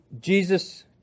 Jesus